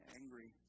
angry